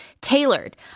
tailored